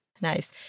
Nice